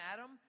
Adam